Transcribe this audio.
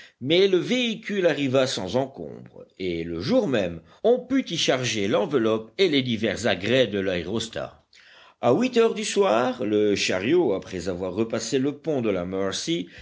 mais le véhicule arriva sans encombre et le jour même on put y charger l'enveloppe et les divers agrès de l'aérostat à huit heures du soir le chariot après avoir repassé le pont de la mercy